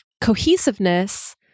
cohesiveness